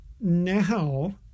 now